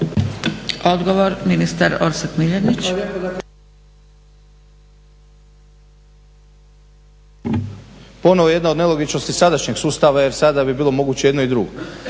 Hvala lijepo. Dakle, ponovno jedna od nelogičnosti sadašnjeg sustava jer sada bi bilo moguće jedno i drugo.